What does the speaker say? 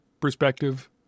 perspective